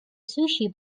sushi